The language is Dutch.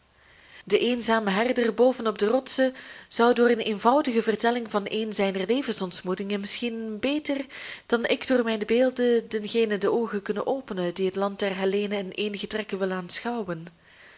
de eenzame herder boven op de rotsen zou door een eenvoudige vertelling van een zijner levensontmoetingen misschien beter dan ik door mijne beelden dengene de oogen kunnen openen die het land der hellenen in eenige trekken wil aanschouwen